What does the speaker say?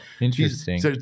interesting